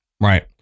Right